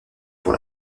pour